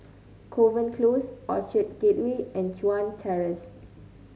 Kovan Close Orchard Gateway and Chuan Terrace